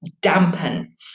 dampen